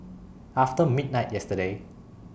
after midnight yesterday